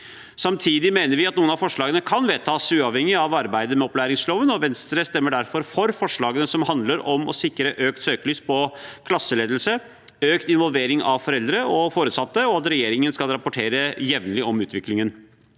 Samtidig mener vi at noen av forslagene kan vedtas uavhengig av arbeidet med opplæringsloven, og Venstre stemmer derfor for forslagene som handler om å sikre økt søkelys på klasseledelse, økt involvering av foreldre og foresatte, og at regjeringen skal rapportere jevnlig om utviklingen.